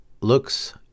looks